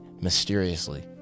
mysteriously